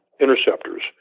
interceptors